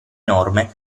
norme